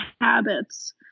habits